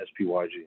SPYG